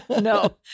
no